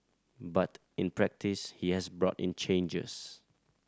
but in practise he has brought in changes